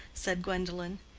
said gwendolen.